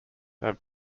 have